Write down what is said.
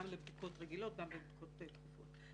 גם לבדיקות רגילות, גם לבדיקות דחופות.